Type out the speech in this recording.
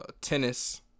tennis